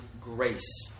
grace